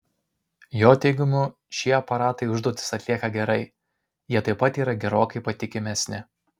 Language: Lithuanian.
jo teigimu šie aparatai užduotis atlieka gerai jie taip pat yra gerokai patikimesni